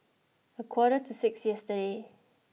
a quarter to six yesterday